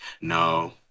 No